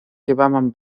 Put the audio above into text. llevaban